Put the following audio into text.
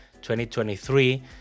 2023